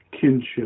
Kinship